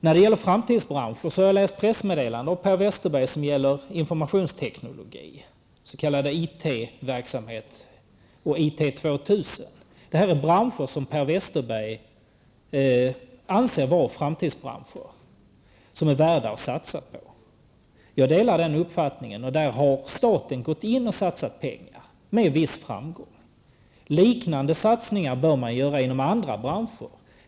När det gäller framtidsbranscher har jag läst pressmeddelanden från Per Westerberg om informationsteknologi -- om s.k. IT-verksamhet och om IT 2000. Det gäller här branscher som Per Westerberg anser vara framtidsbranscher, värda att satsa på. Jag delar den uppfattningen, och staten har där satsat pengar med viss framgång. Liknande satsningar bör göras inom andra branscher.